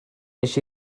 wnes